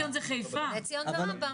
וגדול,